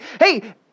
Hey